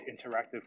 interactive